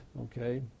okay